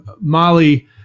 Molly